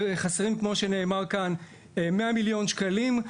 וחסרים כמו שנאמר כאן, 100 מיליון שקלים.